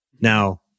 Now